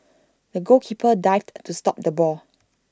the goalkeeper dived to stop the ball